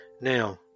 now